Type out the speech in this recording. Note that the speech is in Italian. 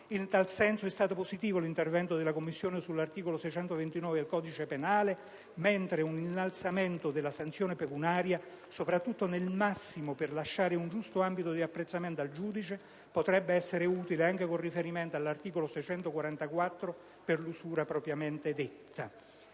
In tal senso, è stato positivo l'intervento della Commissione sull'articolo 629 del codice penale, mentre un innalzamento della sanzione pecuniaria, soprattutto nel massimo, per lasciare un giusto ambito di apprezzamento al giudice potrebbe essere utile, anche con riferimento all'articolo 644 per l'usura propriamente detta.